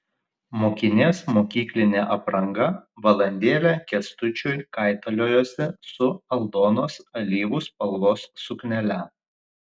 mokinės mokyklinė apranga valandėlę kęstučiui kaitaliojosi su aldonos alyvų spalvos suknele